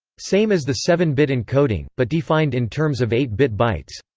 same as the seven bit encoding, but defined in terms of eight bit bytes.